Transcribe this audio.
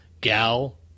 gal